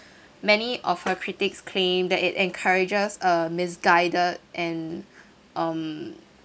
many of her critics claim that it encourages a misguided and um